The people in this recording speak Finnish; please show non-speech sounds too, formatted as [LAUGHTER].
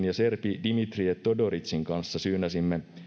[UNINTELLIGIBLE] ja serbi dimitrije todoricin kanssa syynäsimme